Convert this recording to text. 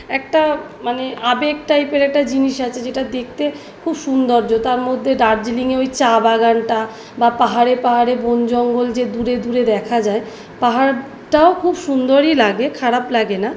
একটা মানে আবেগ টাইপের একটা জিনিস আছে যেটা দেখতে খুব সুন্দর্য তার মধ্যে দার্জিলিংয়ে ওই চা বাগানটা বা পাহাড়ে পাহাড়ে বন জঙ্গল যে দূরে দূরে দেখা যায় পাহাড়টাও খুব সুন্দরই লাগে খারাপ লাগে না